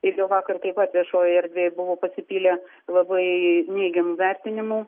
igio vakar taip pat viešojoj erdvėj buvo pasipylę labai neigiamų vertinimų